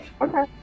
Okay